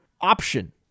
option